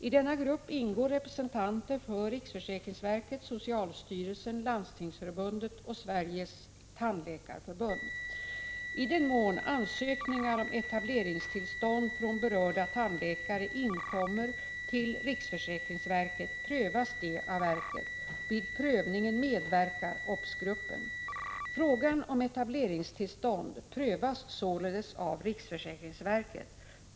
I denna grupp ingår representanter för riksförsäkringsverket, socialstyrelsen, Landstingsförbundet och Sveriges tandläkarför bund. I den mån ansökningar om etableringstillstånd från berörda tandläkare inkommer till riksförsäkringsverket prövas de av verket. Vid prövningen medverkar obs-gruppen. Frågan om etableringstillstånd prövas således av riksförsäkringsverket.